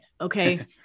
Okay